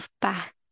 back